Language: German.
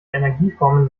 energieformen